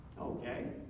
Okay